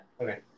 Okay